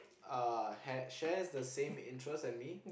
a had shares the same interest as me